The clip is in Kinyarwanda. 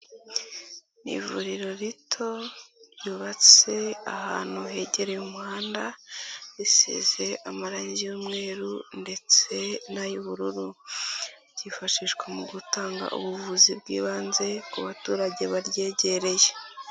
Ni ivuriro rito ryubatse ahantu hegereye umuhanda risize amarangi y'umweru ndetse n'ay'ubururu. Ryifashishwa mu gutanga ubuvuzi bw'ibanze ku baturage baryegereye.